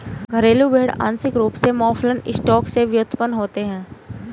घरेलू भेड़ आंशिक रूप से मौफलन स्टॉक से व्युत्पन्न होते हैं